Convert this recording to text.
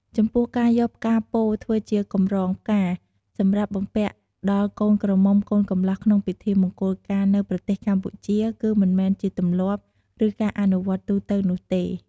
ចំពោះការយកផ្កាពោធិ៍ ធ្វើជាកម្រងផ្កាសម្រាប់បំពាក់ដល់កូនក្រមុំកូនកម្លោះក្នុងពិធីមង្គលការនៅប្រទេសកម្ពុជា គឺមិនមែនជាទម្លាប់ ឬការអនុវត្តទូទៅនោះទេ។